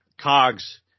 cogs